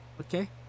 Okay